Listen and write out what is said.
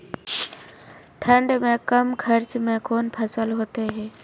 ठंड मे कम खर्च मे कौन फसल होते हैं?